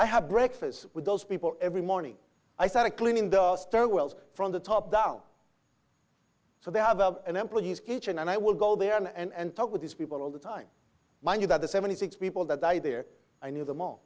i have breakfast with those people every morning i started cleaning the stairwells from the top down so they have an employees kitchen and i will go there and talk with these people all the time mind you that the seventy six people that are there i knew them all